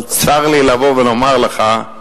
אבל צר לי לבוא לומר לך,